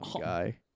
guy